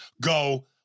go